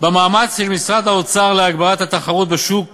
במאמץ של משרד האוצר להגברת התחרות בשוק